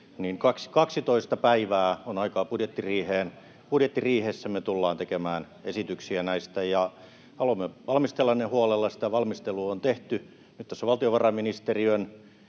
12 päivää on aikaa budjettiriiheen. Budjettiriihessä me tullaan tekemään esityksiä näistä. Haluamme valmistella ne huolella, ja sitä valmistelua on tehty. Nyt tässä ovat valtiovarainministeriön